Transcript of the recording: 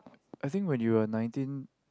I think when you are nineteen